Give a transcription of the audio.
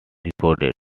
recorded